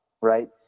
right